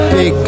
Big